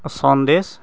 চনদেচ